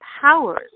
powers